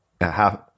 half